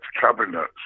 cabinets